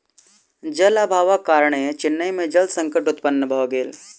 जल अभावक कारणेँ चेन्नई में जल संकट उत्पन्न भ गेल